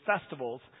festivals